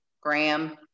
Graham